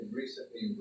recently